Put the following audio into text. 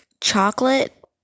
chocolate